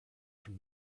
from